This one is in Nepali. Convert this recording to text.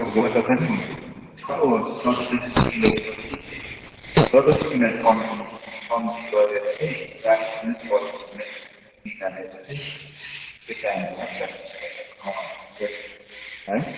त्यसो गर्दा पनि हुन्छ नि छ हौ सब्जेक्टको पिरियडपछि ददस मिनेट कम्ती कम्ती गरेर चाहिँ चालिस मिनेट पच्चिस मिनेट निकालेर चाहिँ त्यो टाइमबाट प्र्याक्टिस गर्दा गराउनु हुन्छ नि है